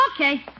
Okay